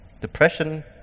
Depression